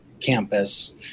campus